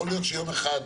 יכול להיות שיום אחד,